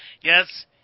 Yes